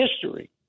history